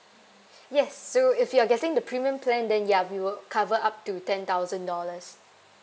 yes so if you are getting the premium plan then ya we will cover up to ten thousand dollars